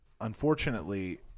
unfortunately